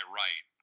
right